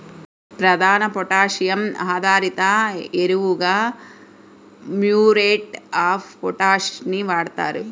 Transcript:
ప్రధాన పొటాషియం ఆధారిత ఎరువుగా మ్యూరేట్ ఆఫ్ పొటాష్ ని వాడుతారు